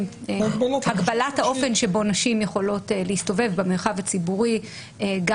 הגבלת האופן שבו נשים יכולות להסתובב במרחב הציבורי גם